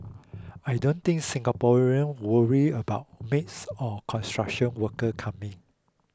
I don't think Singaporeans worry about maids or construction workers coming